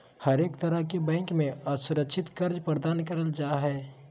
हरेक तरह के बैंक मे असुरक्षित कर्ज प्रदान करल जा हय